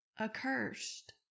accursed